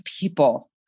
people